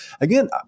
again